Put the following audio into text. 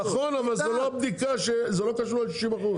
נכון, אבל זה לא קשור ל-60%.